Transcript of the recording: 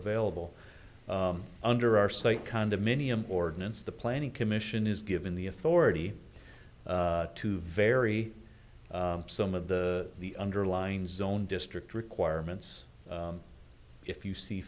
available under our site condominium ordinance the planning commission is given the authority to vary some of the the underlying zone district requirements if you see